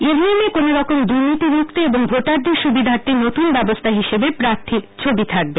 EVM এ কোনওরকম দুর্নীতি রুখতে এবং ভোটারদের সুবিধার্থে নতুন ব্যবস্থা হিসেবে প্রার্থীর ছবি থাকবে